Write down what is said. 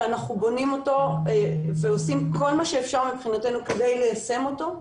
ואנחנו בונים אותו ועושים כל מה שאפשר מבחינתנו בכדי ליישם אותו,